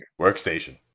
Workstation